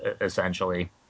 essentially